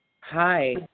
Hi